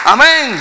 Amen